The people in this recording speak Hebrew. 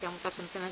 כעמותה שנותנת